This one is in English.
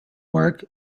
work